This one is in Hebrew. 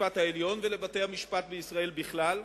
לבית-משפט העליון ולבתי-המשפט בישראל בכלל.